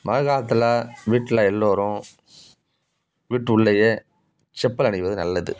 மழைக்காலத்தில் வீட்டில எல்லோரும் வீட்டு உள்ளேயே செப்பல் அணிவது நல்லது